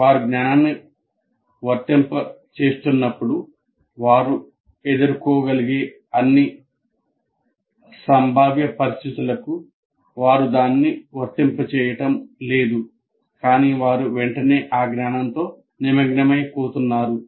వారు జ్ఞానాన్ని వర్తింపజేస్తున్నప్పుడు వారు ఎదుర్కోగలిగే అన్ని సంభావ్య పరిస్థితులకు వారు దానిని వర్తింపజేయడం లేదు కాని వారు వెంటనే ఆ జ్ఞానంతో నిమగ్నమైపోతున్నారు